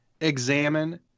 examine